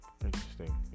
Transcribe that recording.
Interesting